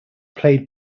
played